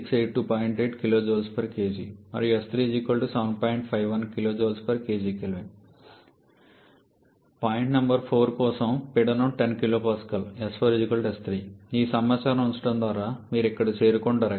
8 kJkg మరియు point number 4 కోసం పీడనం 10 kPa మరియు ఈ సమాచారాన్ని ఉంచడం ద్వారా మీకు ఇక్కడకు చేరుకుంటారు 𝑥4 0